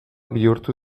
bihurtu